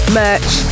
merch